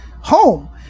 home